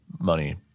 money